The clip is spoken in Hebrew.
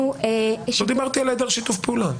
לא דיברתי על היעדר שיתוף פעולה.